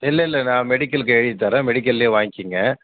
இல்லை இல்லை நான் மெடிக்கலுக்கு எழுதி தரேன் மெடிக்கல்லேயே வாங்கிக்கங்க